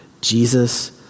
Jesus